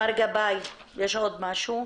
מר גבאי יש עוד משהו.